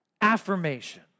Affirmation